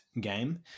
game